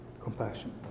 compassion